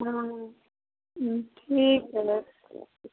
हुँ ठीक हइ